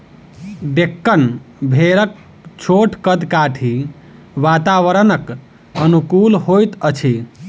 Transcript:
डेक्कन भेड़क छोट कद काठी वातावरणक अनुकूल होइत अछि